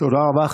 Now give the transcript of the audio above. תודה רבה.